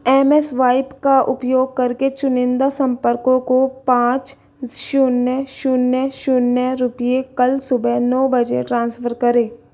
एमेस्वाइप का उपयोग कर के चुनिंदा संपर्कों को पाँच शून्य शून्य शून्य रुपये कल सुबह नौ बजे ट्रांसफ़र करें